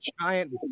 giant